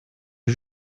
vue